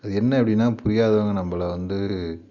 அது என்ன அப்படினா புரியாதவங்க நம்பளை வந்து